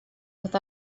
with